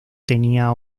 tenía